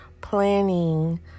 planning